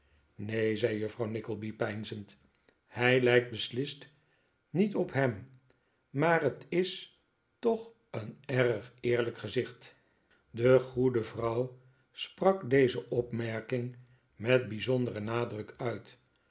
neen zei juffrouw nickleby peinzend hij lijkt beslist niet op hem maar het is toch een erg eerlijk gezicht de goede vrouw sprak deze opmerking met bijzonderen nadruk uit